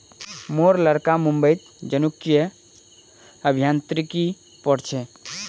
मोर लड़का मुंबईत जनुकीय अभियांत्रिकी पढ़ छ